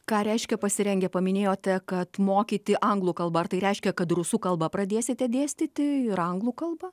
ką reiškia pasirengę paminėjote kad mokyti anglų kalba ar tai reiškia kad rusų kalbą pradėsite dėstyti ir anglų kalba